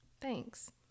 thanks